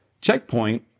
checkpoint